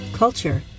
culture